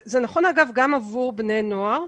אגב, זה נכון גם עבור בני נוער.